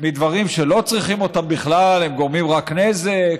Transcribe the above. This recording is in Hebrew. מדברים שלא צריכים אותם בכלל, שהם גורמים רק נזק,